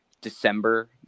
December